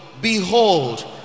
Behold